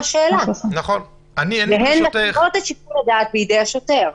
שאלה והן משאירות את שיקול הדעת בידי השוטר.